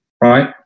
right